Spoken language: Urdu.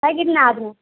ہے کتنا آدمی